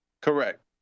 Correct